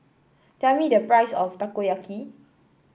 tell me the price of Takoyaki